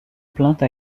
plainte